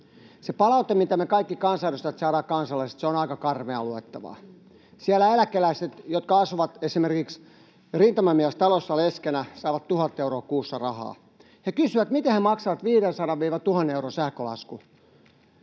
Se palaute, mitä me kaikki kansanedustajat saadaan kansalaisilta, on aika karmeaa luettavaa. Siellä eläkeläiset, jotka esimerkiksi asuvat rintamamiestalossa leskenä ja saavat 1 000 euroa kuussa rahaa, kysyvät, miten he maksavat 500—1 000 euron sähkölaskun.